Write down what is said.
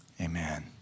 amen